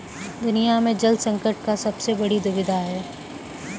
दुनिया में जल संकट का सबसे बड़ी दुविधा है